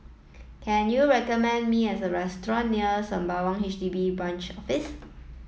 can you recommend me a restaurant near Sembawang H D B Branch Office